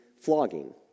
flogging